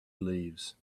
leaves